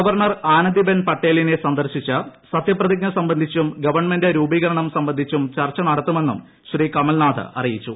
governor Anandiben പട്ടേലിന്ന സന്ദർശിച്ച് സത്യപ്രതിജ്ഞ സംബന്ധിച്ചും ഗവൺമെന്റ് രൂപീകരണം സംബന്ധിച്ചും ചർച്ച നടത്തുമെന്നും ശ്രീ കമൽനാഥ് അറിയിച്ചു